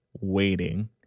waiting